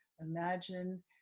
Imagine